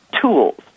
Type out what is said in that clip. tools